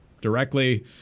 directly